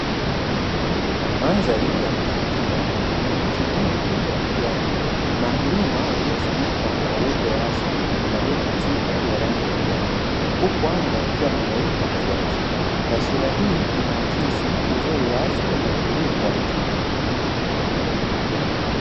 Mandhari ya kuvutia yenye miti mingi ya kijani na mlima uliofunikwa na uoto wa asili kwenye madeni mazito ya rangi ya kijani huku anga ikiwa na mawingu kiasi, taswira hii inaakisi uzuri wa asili na utulivu wa mazingira.